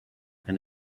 and